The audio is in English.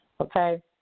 okay